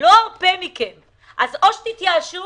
אז או שתתייאשו